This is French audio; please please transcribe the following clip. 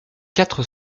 quatre